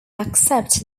accept